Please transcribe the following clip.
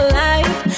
life